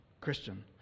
Christian